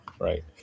right